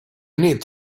need